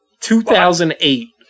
2008